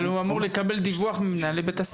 אבל הוא אמור לקבל דיווח ממנהלי בית הספר.